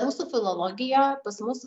rusų filologiją pas mus